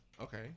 Okay